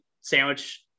sandwich